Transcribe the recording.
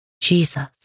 Jesus